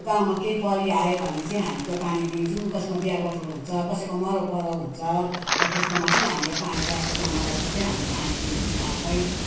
गाउँमा केही परिआयो भने चाहिँ हामी त्यो पानी दिन्छौँ कसैकोमा बिहाबटुलो हुन्छ कसैको मरौपरौ हुन्छ हो त्यस्तोमा चाहिँ हामीले पानी राखेको जमा गरेको चाहिँ हामी पानी दिन्छौँ गाउँलाई